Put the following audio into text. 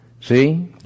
See